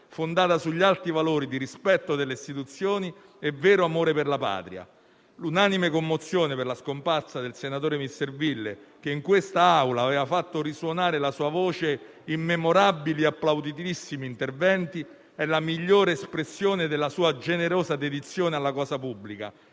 fondata sugli alti valori di rispetto delle istituzioni e vero amore per la patria. L'unanime commozione per la scomparsa del senatore Misserville, che in questa Aula aveva fatto risuonare la sua voce in memorabili e applauditissimi interventi, è la migliore espressione della sua generosa dedizione alla cosa pubblica,